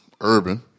Urban